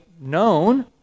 known